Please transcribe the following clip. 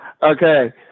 Okay